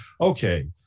okay